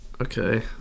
Okay